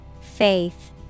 Faith